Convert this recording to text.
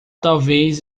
talvez